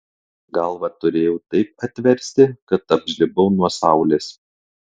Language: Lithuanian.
galvą turėjau taip atversti kad apžlibau nuo saulės